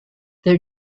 their